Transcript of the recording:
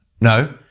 No